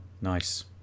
Nice